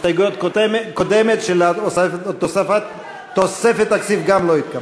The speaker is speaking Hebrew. ההסתייגות הקודמת של תוספת תקציב גם לא התקבלה.